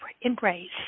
embrace